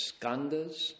skandhas